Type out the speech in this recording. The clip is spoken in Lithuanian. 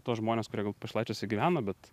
tuos žmones kurie gal pašilaičiuose gyvena bet